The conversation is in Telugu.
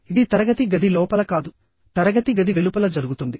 ఇది తరగతి గది లోపల కాదు తరగతి గది వెలుపల జరుగుతుంది